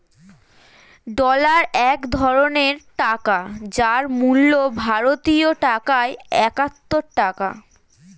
dollar এক ধরনের টাকা যার মূল্য ভারতীয় টাকায় একাত্তর টাকা